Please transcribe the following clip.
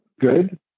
good